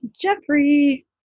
Jeffrey